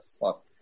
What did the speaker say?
fuck